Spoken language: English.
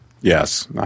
Yes